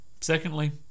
Secondly